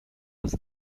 was